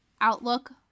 outlook